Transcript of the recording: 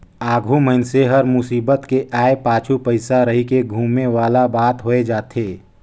आघु मइनसे हर मुसीबत के आय के पाछू पइसा रहिके धुमे वाला बात होए जाथे